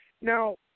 Now